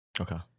Okay